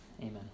Amen